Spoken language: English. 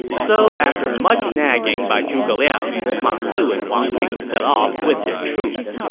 so after much nagging by zhuge liang, ma su and wang ping set off with their troops.